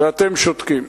ואתם שותקים.